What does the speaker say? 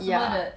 yeah